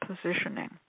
positioning